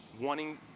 wanting